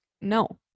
no